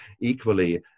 Equally